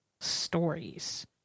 Stories